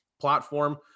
platform